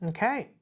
Okay